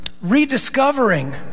rediscovering